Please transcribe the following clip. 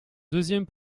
deuxième